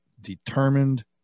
determined